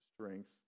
strength